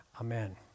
Amen